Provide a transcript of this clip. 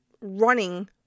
running